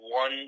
one